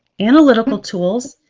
analytical tools,